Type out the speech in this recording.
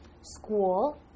school